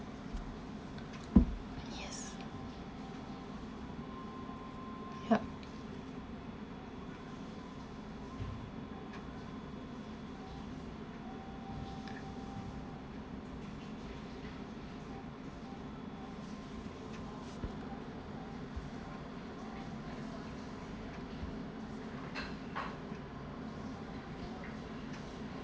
yes yup